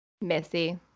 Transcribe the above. Missy